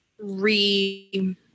re